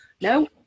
No